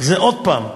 זה עוד פעם: